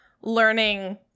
learning